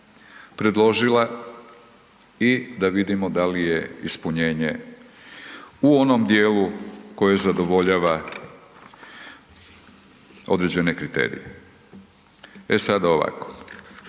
predložila i da vidimo da li je ispunjenje u onom djelu koje zadovoljava određene kriterije. E sada ovako.